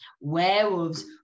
Werewolves